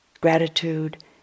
gratitude